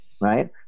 right